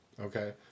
Okay